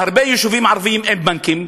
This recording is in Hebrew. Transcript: בהרבה יישובים ערביים אין בנקים,